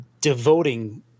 devoting